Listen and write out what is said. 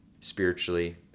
spiritually